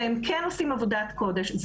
והם כן עושים עבודת קודש.